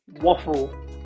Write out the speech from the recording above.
waffle